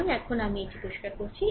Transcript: সুতরাং এখন আমি এটি পরিষ্কার করুন